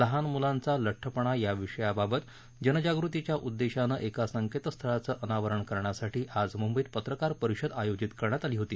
लहान मुलांचा लठ्ठपणा या विषयाबाबत जनजागृतीच्या उद्देशानं एका संकेतस्थळाचं अनावरण करण्यासाठी आज मुंबईत पत्रकार परिषद आयोजित करण्यात आली होती